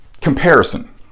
comparison